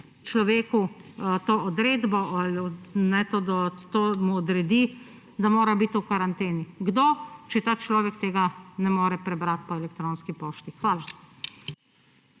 človeku to odredbo, mu to odredi, da mora biti v karanten?. Kdo, če ta človek tega ne more prebrati po elektronski pošti? Hvala.